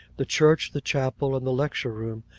the church, the chapel, and the lecture-room,